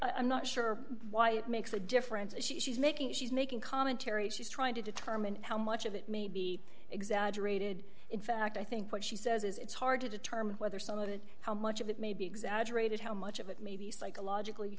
i'm not sure why it makes the difference she's making she's making commentary she's trying to determine how much of it may be exaggerated in fact i think what she says is it's hard to determine whether some of it how much of it may be exaggerated how much of it may be psychologically